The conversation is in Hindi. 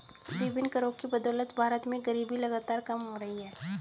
विभिन्न करों की बदौलत भारत में गरीबी लगातार कम हो रही है